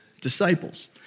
disciples